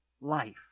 life